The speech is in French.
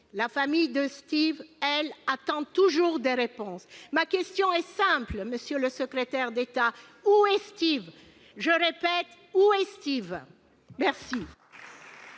La famille de Steve, elle, attend toujours des réponses. Ma question est simple, monsieur le secrétaire d'État : où est Steve ? Je répète : où est Steve ? La